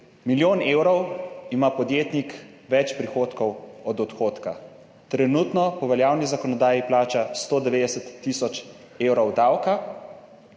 Milijon evrov ima podjetnik več prihodkov od odhodkov. Trenutno po veljavni zakonodaji plača 190 tisoč evrov davka